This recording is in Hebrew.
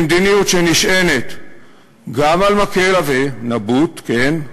שהיא מדיניות שנשענת גם על מקל עבה, נבוט, כן,